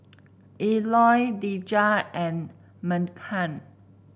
Elroy Dejah and Meghan